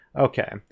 Okay